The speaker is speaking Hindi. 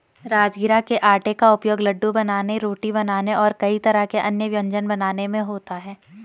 राजगिरा के आटे का उपयोग लड्डू बनाने रोटी बनाने और कई तरह के अन्य व्यंजन बनाने में होता है